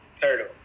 turtle